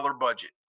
budget